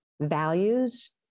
values